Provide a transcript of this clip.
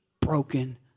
broken